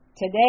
Today